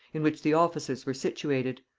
in which the offices were situated.